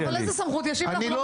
אבל איזו סמכות, ישיב --- לבקש.